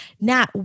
Nat